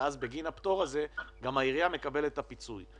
ואז בגין הפטור הזה גם העירייה מקבלת את הפיצוי,